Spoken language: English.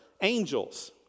angels